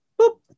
boop